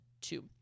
two